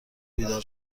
بیدار